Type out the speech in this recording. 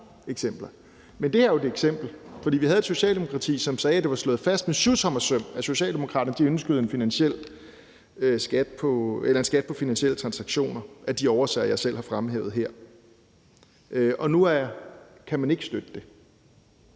eksempler. Og det her er jo også et eksempel, for vi havde et Socialdemokrati, som sagde, at det var slået fast med syvtommersøm, at Socialdemokraterne ønskede en skat på finansielle transaktioner af de årsager, jeg selv har fremhævet her. Nu kan man ikke støtte det.